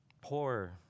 Poor